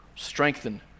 strengthen